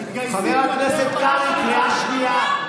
הם מתגייסים, חבר הכנסת קרעי, קריאה שנייה.